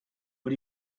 but